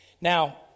Now